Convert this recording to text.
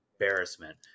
embarrassment